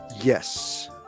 Yes